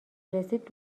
رسید